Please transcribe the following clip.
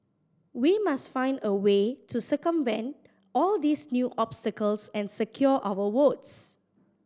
we must find a way to circumvent all these new obstacles and secure our votes